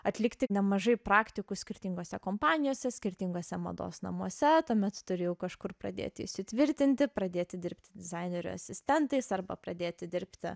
atlikti nemažai praktikų skirtingose kompanijose skirtingose mados namuose tuomet turi jau kažkur pradėti įsitvirtinti pradėti dirbti dizainerių asistentais arba pradėti dirbti